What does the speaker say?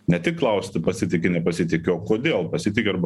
ne tik klausti pasitiki nepasitiki o kodėl pasitiki arba